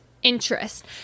interest